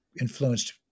influenced